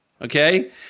Okay